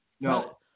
No